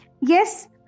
yes